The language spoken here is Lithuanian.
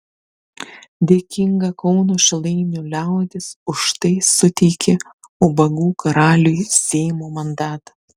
dėkinga kauno šilainių liaudis už tai suteikė ubagų karaliui seimo mandatą